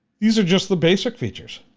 these just the basic features.